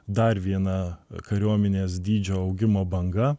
dar viena kariuomenės dydžio augimo banga